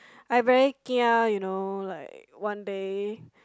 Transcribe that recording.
I very kia you know like one day